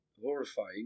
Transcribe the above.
horrifying